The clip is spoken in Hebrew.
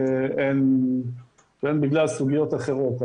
והן בגלל סוגיות אחרות.